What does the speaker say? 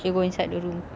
she go inside the room